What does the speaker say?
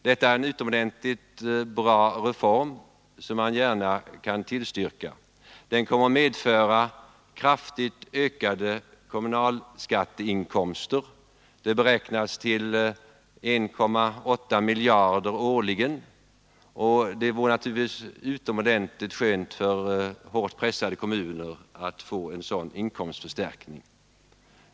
Det är en utomordentligt bra reform, som man gärna kan tillstyrka. Den kommer att medföra kraftigt ökade kommunala skatteinkomster. De beräknas till 1,8 miljarder årligen, och det vore naturligtvis utomordentligt skönt för hårt pressade kommuner att få en sådan inkomstförstärkning.